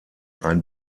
ein